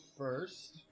first